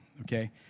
okay